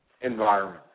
environment